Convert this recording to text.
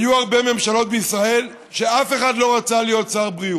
היו הרבה ממשלות בישראל שאף אחד בהן לא רצה להיות שר בריאות.